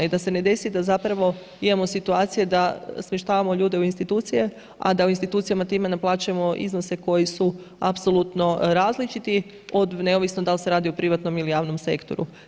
I da se ne desi da zapravo imamo situacije da smještavamo ljude u institucije a da o institucijama time naplaćujemo iznose koji su apsolutno različiti, neovisno dal' se radi o privatnom ili javno sektoru.